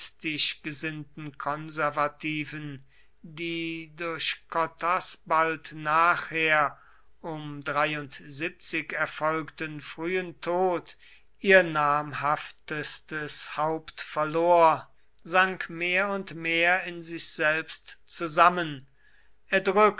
reformistisch gesinnten konservativen die durch cottas bald nachher erfolgten frühen tod ihr namhaftestes haupt verlor sank mehr und mehr in sich selbst zusammen